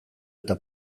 eta